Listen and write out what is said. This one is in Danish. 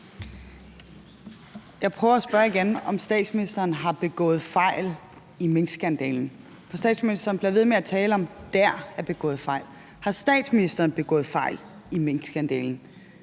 Jeg prøver at spørge igen, om statsministeren har begået fejl i minkskandalen. For statsministeren bliver ved med at tale om, at »der« er begået fejl. Har statsministeren begået fejl i minkskandalen?